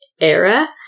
era